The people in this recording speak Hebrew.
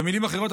במילים אחרות,